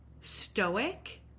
stoic